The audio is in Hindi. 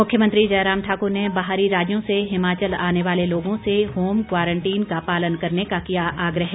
मुख्यमंत्री जयराम ठाकुर ने बाहरी राज्यों से हिमाचल आने वाले लोगों से होम क्वारंटीन का पालन करने का किया आग्रह